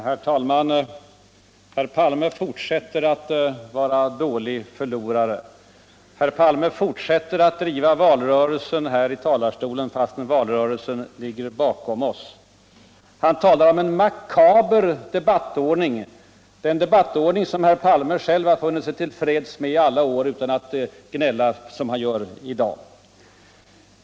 Herr taälman! Herr Palme fortsätter att vara en dålig förlorare. Herr Palme fortsätter att driva valrörelse här i walarstolen fastän valrörelsen ligger bakom oss. Han talar om en makaber debattordning -- den debuttordning som herr Palme själv funnit sig till freds med i alla år utan utt gnälla som i dag.